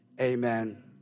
amen